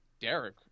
Derek